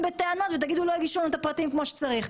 בטענות ותגידו להם לרשום את הפרטים כמו שצריך.